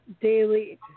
daily